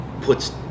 puts